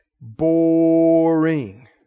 boring